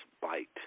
bite